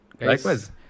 Likewise